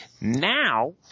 Now